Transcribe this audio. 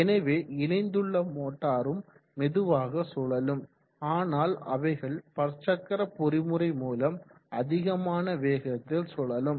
எனவே இணைந்துள்ள மோட்டாரும் மெதுவாக சுழலும் ஆனால் அவைகள் பற்சக்கர பொறிமுறை மூலம் அதிகமான வேகத்தில் சுழலும்